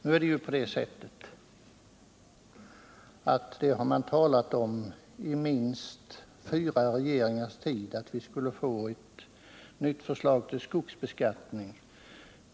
Nu har man ju under minst fyra regeringars tid talat om att vi skulle få ett nytt förslag om skogsbeskattning.